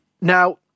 Now